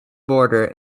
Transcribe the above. border